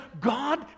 God